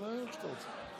איך שאתה רוצה.